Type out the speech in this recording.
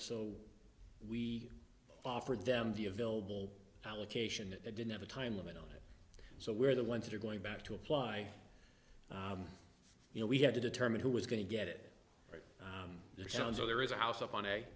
so we offered them the available allocation that they didn't have a time limit on it so we're the ones that are going back to apply you know we have to determine who was going to get it right john so there is a house up on